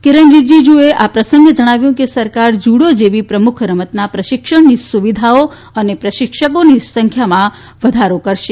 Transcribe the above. શ્રી રિજીજુએ આ પ્રસંગે જણાવ્યું કે સરકાર જુડો જેવી પ્રમુખ રમતના પ્રશિક્ષણની સુવિધાઓ અને પ્રશિક્ષકોની સંખ્યામાં વધારો કરશે